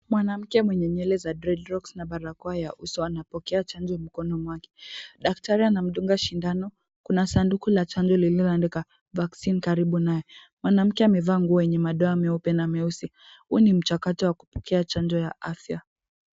Mwanamke mwenye nywele za dreadlocks na barakoa ya uso anapokea chanjo mkono mwake. Daktari anamdunga sindano. Kuna sanduku la chanjo lililandikwa vaccine karibu naye. Mwanamke amevaa nguo yenye madoa meupe na mweusi. Huu ni mchakato wa kupokea chanjo ya afya.